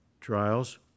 trials